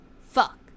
Fuck